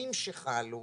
השינויים שחלו